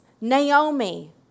Naomi